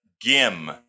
Gim